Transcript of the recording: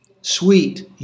sweet